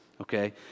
okay